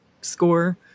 score